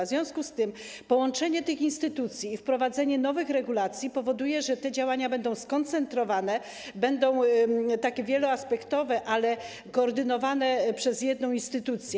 W związku z tym połączenie tych instytucji i wprowadzenie nowych regulacji powoduje, że te działania będą skoncentrowane, będą wieloaspektowe, ale koordynowane przez jedną instytucję.